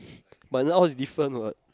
but now is different what